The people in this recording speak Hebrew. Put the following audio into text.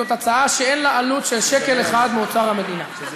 זאת הצעה שאין לה עלות של שקל אחד מאוצר המדינה.